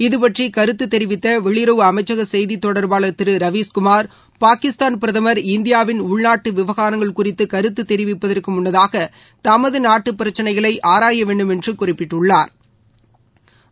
இதுபற்றி கருத்து தெரிவித்த வெளியுறவு அமைச்சக செய்தி தொடர்பாளா் திரு ரவீஷ்குமார் பாகிஸ்தான் பிரதமர் இந்தியாவின் உள்நாட்டு விவகாரங்கள் குறித்து கருத்து தெரிவிப்பதற்கு முன்னதாக தமது நாட்டு பிரச்னைகளை ஆராயவேண்டும் என்று குறிப்பிட்டுள்ளாா்